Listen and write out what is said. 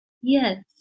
Yes